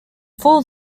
full